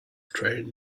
train